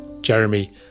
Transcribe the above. Jeremy